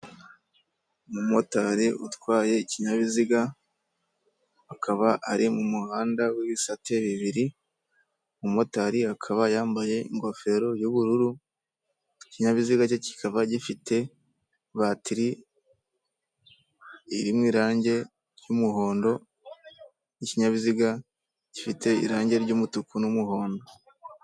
Umumotari utwaye ikinyabiziga akaba ari mu muhanda w'ibisate bibiri umumotari akaba yambaye ingofero y'ubururu ikinyabiziga cye kikaba gifite batiri ,iri ni irangi ry'umuhondo n'ikinyabiziga gifite irangi ry'umutuku n'umuhondo .